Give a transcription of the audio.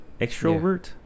extrovert